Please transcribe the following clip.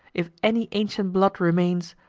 if any ancient blood remains,